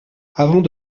avant